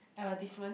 advertisement